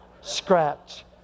scratch